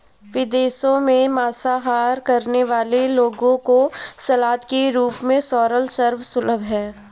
विदेशों में मांसाहार करने वाले लोगों को सलाद के रूप में सोरल सर्व सुलभ है